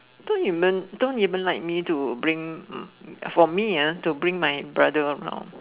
don't even don't even like me to bring for me ah to bring my brother around